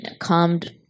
calmed